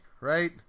right